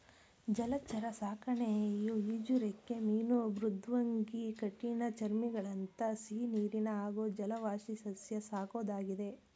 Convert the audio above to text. ಜಲಚರ ಸಾಕಣೆಯು ಈಜುರೆಕ್ಕೆ ಮೀನು ಮೃದ್ವಂಗಿ ಕಠಿಣಚರ್ಮಿಗಳಂಥ ಸಿಹಿನೀರಿನ ಹಾಗೂ ಜಲವಾಸಿಸಸ್ಯ ಸಾಕೋದಾಗಿದೆ